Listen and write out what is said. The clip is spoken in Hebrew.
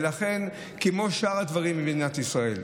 כמו שאר הדברים במדינת ישראל.